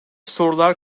sorular